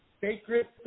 Sacred